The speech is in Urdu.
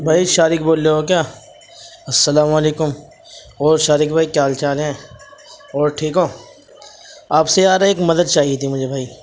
بھائی شارق بول رہے ہو کیا السلام وعلیکم اور شارق بھائی کیا حال چال ہیں اور ٹھیک ہو آپ سے یار ایک مدد چاہیے تھی مجھے بھائی